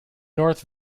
north